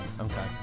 Okay